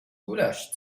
gulasch